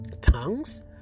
tongues